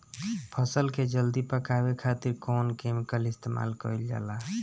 फल के जल्दी पकावे खातिर कौन केमिकल इस्तेमाल कईल जाला?